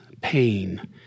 pain